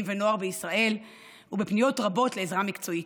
ונוער בישראל ובפניות רבות לעזרה מקצועית.